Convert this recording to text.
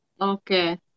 Okay